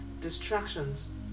distractions